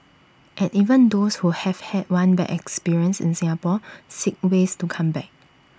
and even those who have had one bad experience in Singapore seek ways to come back